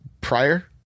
prior